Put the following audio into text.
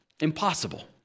Impossible